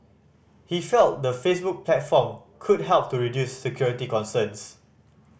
he felt the Facebook platform could help to reduce security concerns